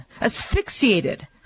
asphyxiated